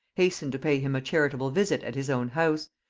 hastened to pay him a charitable visit at his own house,